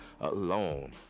alone